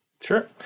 Sure